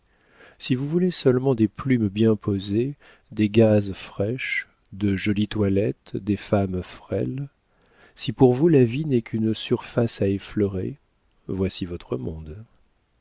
si vous voulez seulement des plumes bien posées des gazes fraîches de jolies toilettes des femmes frêles si pour vous la vie n'est qu'une surface à effleurer voici votre monde